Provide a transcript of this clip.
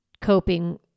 coping